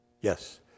yes